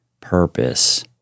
purpose